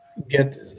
get